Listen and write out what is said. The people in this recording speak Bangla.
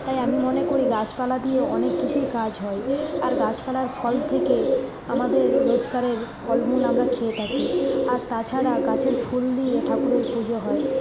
তাই আমি মনে করি গাছপালা দিয়ে অনেক কিছুই কাজ হয় আর গাছপালার ফল থেকে আমাদের রোজকারের ফলমূল আমরা খেয়ে থাকি আর তাছাড়া গাছের ফুল দিয়ে ঠাকুরের পুজো হয়